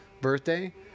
birthday